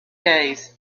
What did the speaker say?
days